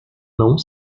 não